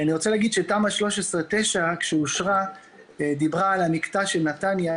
אני רוצה להגיד שתמ"א 9/13 כשאושרה היא דיברה על המקטע של נתניה,